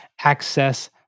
access